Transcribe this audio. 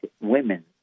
women